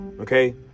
Okay